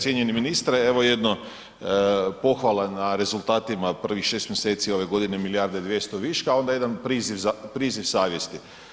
Cijenjeni ministre evo jedno pohvala na rezultatima prvih šest mjeseci ove godine milijarda i 200 viška, a onda jedan priziv savjesti.